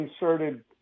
inserted